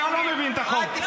אתה לא מבין את החוק.